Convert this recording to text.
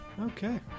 Okay